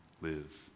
live